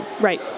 right